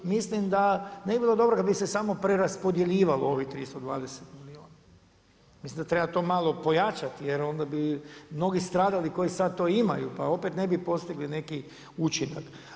Mislim da ne bi bilo dobro kad bi se samo preraspodjeljivalo ovih 320 milijuna, mislim da treba to malo pojačati jer onda bi mnogi stradali koji sad to imaju, pa opet ne bi postigli neki učinak.